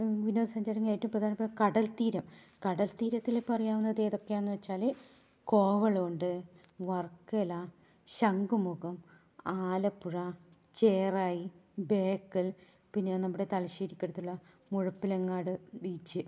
വിനോദസഞ്ചാരത്തിൽ ഏറ്റവും പ്രധാനപ്പെട്ടത് കടൽ തീരം കടൽത്തീരത്തിൽ ഇപ്പോൾ അറിയാവുന്നത് ഏതൊക്കെയാണെന്ന് വെച്ചാൽ കോവളം ഉണ്ട് വർക്കല ശംഖുമുഖം ആലപ്പുഴ ചേറായി ബേക്കൽ പിന്നെ നമ്മുടെ തലശ്ശേരിക്കടുത്തുള്ള മുഴുപ്പിലങ്ങാട് ബീച്ച്